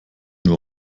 nur